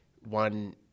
one